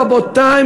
רבותי,